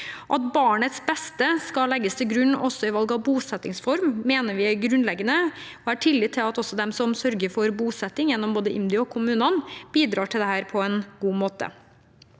At barnets beste skal legges til grunn i valg av bosettingsform, mener vi er grunnleggende. Jeg har tillit til at de som sørger for bosetting gjennom både IMDi og kommunene, bidrar til dette på en god måte.